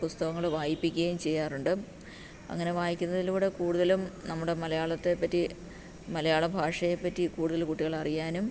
പുസ്തകങ്ങൾ വായിപ്പിക്കുകയും ചെയ്യാറുണ്ട് അങ്ങനെ വായിക്കുന്നതിലൂടെ കൂടുതലും നമ്മുടെ മലയാളത്തെ പറ്റി മലയാളഭാഷയെ പറ്റി കൂടുതൽ കുട്ടികൾ അറിയാനും